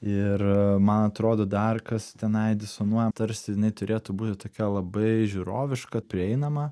ir man atrodo dar kas tenai disonuoja tarsi jinai turėtų būti tokia labai žiūroviška prieinama